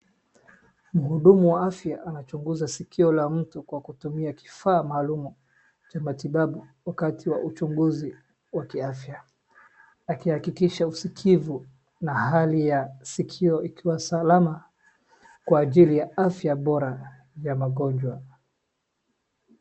Mhudumu wa afya anachunguza sikio la mtu kwa kutumia kifaa maalum cha matibabu wakati wa uchunguzi wa kiafya, akihakikisha usikivu na hali ya sikio ikiwa salama kwa ajili ya afya bora ya magonjwa.